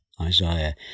Isaiah